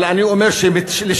אבל אני אומר שלשיטתכם,